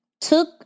took